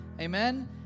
Amen